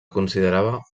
considerava